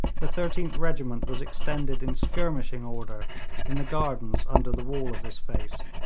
the thirteenth regiment was extended in skirmishing order in the gardens under the wall of this face,